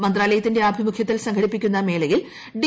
മന്ത്രാലയത്തിന്റെ ആഭിമുഖ്യത്തിൽ സംഘടിപ്പിക്കുന്ന മേളയിൽ പ്പ്ഡീ